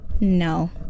No